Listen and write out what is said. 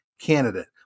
candidate